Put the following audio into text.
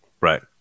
Right